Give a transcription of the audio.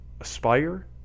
aspire